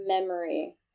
memory